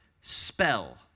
spell